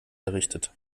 errichtet